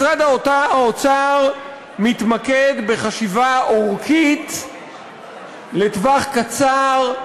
משרד האוצר מתמקד בחשיבה אורכית לטווח קצר,